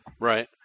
Right